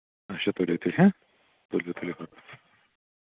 اَچھا تُلِو تیٚلہِ ہہ تُلِو تُلِو